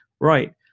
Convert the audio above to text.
Right